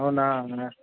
అవునా